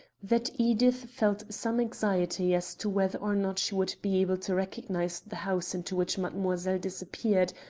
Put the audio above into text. that edith felt some anxiety as to whether or not she would be able to recognize the house into which mademoiselle disappeared,